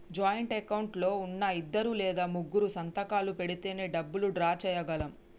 joint account లో ఉన్నా ఇద్దరు లేదా ముగ్గురూ సంతకాలు పెడితేనే డబ్బులు డ్రా చేయగలం